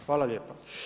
Hvala lijepa.